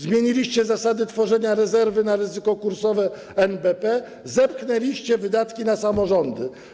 Zmieniliście zasady tworzenia rezerwy na ryzyko kursowe NBP, zepchnęliście wydatki na samorządy.